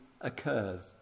occurs